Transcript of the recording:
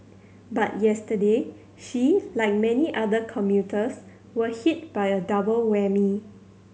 but yesterday she like many other commuters were hit by a double whammy